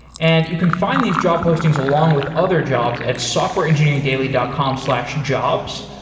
and you can find these job postings along with other jobs at softwareengineeringdaily dot com slash jobs.